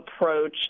approach